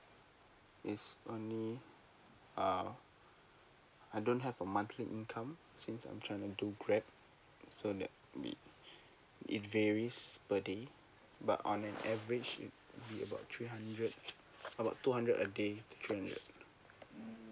yes only uh I don't have a monthly income since I'm driving to grab so that we it varies per day but on an average be about uh three hundred about two hundred a day two hundred